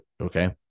Okay